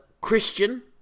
Christian